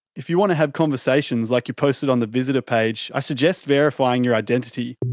if you want to have conversations like you posted on the visitor page, i suggest verifying your identity.